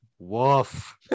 Woof